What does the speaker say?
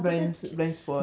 blind blind spot